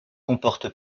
comporte